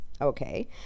Okay